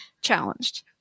challenged